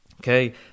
okay